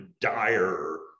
dire